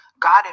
God